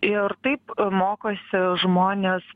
ir taip mokosi žmonės